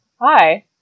hi